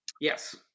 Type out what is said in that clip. Yes